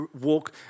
walk